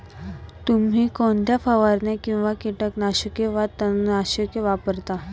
तुम्ही कोणत्या फवारण्या किंवा कीटकनाशके वा तणनाशके वापरता?